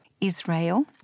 Israel